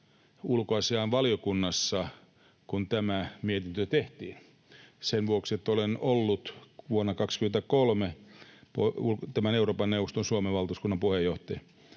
ulkoasiainvaliokunnassa, kun tämä mietintö tehtiin, sen vuoksi, että olen ollut vuonna 2023 Euroopan neuvoston Suomen valtuuskunnan puheenjohtaja,